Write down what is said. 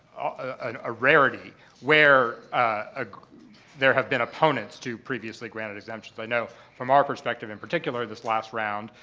a rarity where ah there have been opponents to previously granted exemptions. i know from our perspective in particular, this last round,